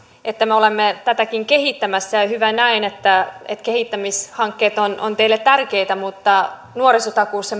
että me olemme tätäkin kehittämässä ja hyvä näin että kehittämishankkeet ovat teille tärkeitä mutta nuorisotakuussa